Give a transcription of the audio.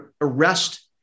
arrest